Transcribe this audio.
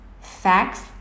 facts